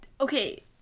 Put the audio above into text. Okay